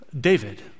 David